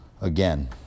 again